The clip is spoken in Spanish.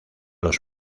los